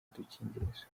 udukingirizo